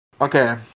Okay